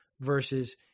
versus